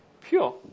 pure